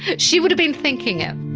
but she would've been thinking it